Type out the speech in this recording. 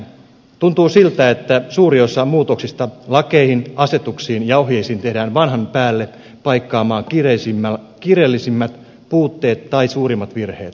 tuntuu siltä että suuri osa muutoksista lakeihin asetuksiin ja ohjeisiin tehdään vanhan päälle paikkaamaan kiireellisimmät puutteet tai suurimmat virheet